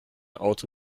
auto